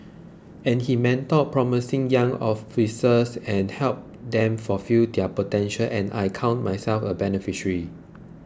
and he mentored promising young officers and helped them fulfil their potential and I count myself a beneficiary